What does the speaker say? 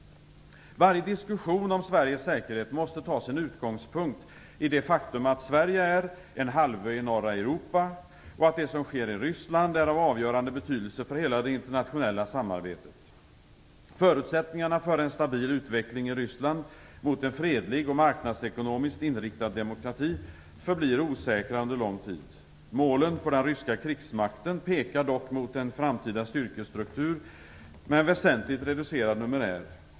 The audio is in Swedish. Varje diskussion om Sveriges säkerhet måste ha sin utgångspunkt i det faktum att Sverige är en halvö i norra Europa och att det som sker i Ryssland är av avgörande betydelse för hela det internationella samarbetet. Förutsättningarna för en stabil utveckling i Ryssland mot en fredlig och marknadsekonomiskt inriktad demokrati förblir osäkra under lång tid. Målen för den ryska krigsmakten pekar dock mot en framtida stryrkestruktur med en väsentligt reducerad numerär.